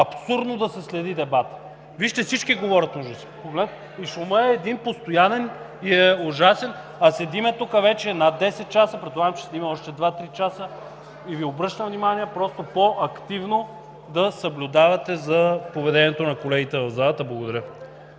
абсурдно да се следи дебатът. Вижте, всички говорят помежду си и шумът е един постоянен, и е ужасен, а седим тук вече над десет часа. Предполагам, че ще седим още 2 – 3 часа, и Ви обръщам внимание просто по-активно да съблюдавате за поведението на колегите в залата. Благодаря.